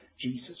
Jesus